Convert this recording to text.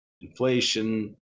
inflation